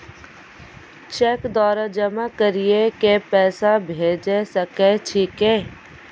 Cheque द्वारा जमा करि के पैसा भेजै सकय छियै?